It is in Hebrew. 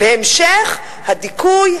בהמשך הדיכוי,